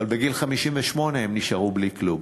אבל בגיל 58 הם נשארו בלי כלום.